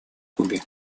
кубе